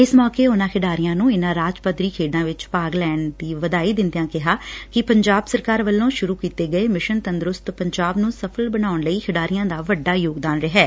ਇਸ ਮੌਕੇ ਉਨੂਾਂ ਖਿਡਾਰੀਆਂ ਨੂੰ ਇਨੂਾਂ ਰਾਜ ਪੱਧਰੀ ਖੇਡਾਂ ਵਿੱਚ ਭਾਗ ਲੈਣ ਦੀ ਵਧਾਈ ਦਿੰਦਿਆ ਕਿਹਾ ਕਿ ਪੰਜਾਬ ਸਰਕਾਰ ਵੱਲੋ ਸ਼ੁਰੂ ਕੀਤੇ ਗਏ ਮਿਸ਼ਨ ਤੰਦਰੁਸਤ ਪੰਜਾਬ ਨੂੰ ਸਫਲ ਬਣਾਉਣ ਲਈ ਖਿਡਾਰੀਆਂ ਦਾ ਵੱਡਾ ਯੋਗਦਾਨ ਰਿਹੈ